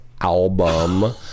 album